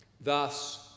Thus